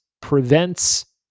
prevents